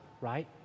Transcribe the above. right